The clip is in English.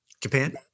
Japan